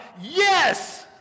yes